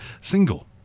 single